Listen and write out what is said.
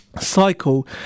Cycle